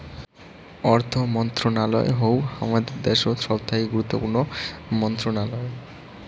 অর্থ মন্ত্রণালয় হউ হামাদের দ্যাশোত সবথাকি গুরুত্বপূর্ণ মন্ত্রণালয়